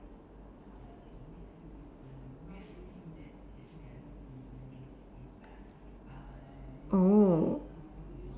oh